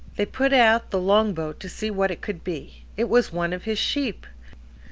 they put out the long-boat to see what it could be it was one of his sheep!